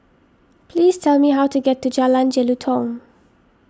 please tell me how to get to Jalan Jelutong